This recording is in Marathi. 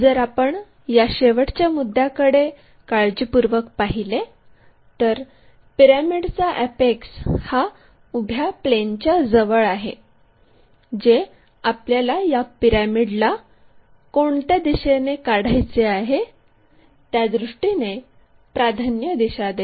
जर आपण या शेवटच्या मुद्द्याकडे काळजीपूर्वक पाहिले तर पिरॅमिडचा अॅपेक्स हा उभ्या प्लेनच्या जवळ आहे जे आपल्याला या पिरॅमिडला कोणत्या दिशेने काढायचे आहे त्या दृष्टीने प्राधान्य दिशा देते